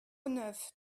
neuf